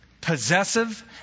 possessive